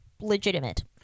legitimate